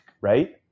right